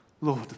Lord